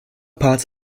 parts